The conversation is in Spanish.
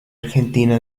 argentina